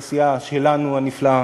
של הכנסת,